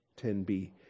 10b